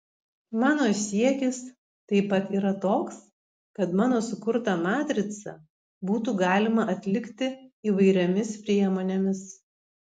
mano siekis taip pat yra toks kad mano sukurtą matricą būtų galima atlikti įvairiomis priemonėmis